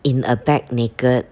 in a bag naked